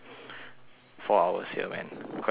four hours here man could have been studying but